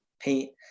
paint